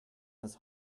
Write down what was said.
this